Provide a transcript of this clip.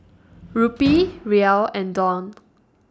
Rupee Riel and Dong